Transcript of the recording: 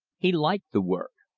he liked the work.